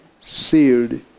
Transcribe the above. sealed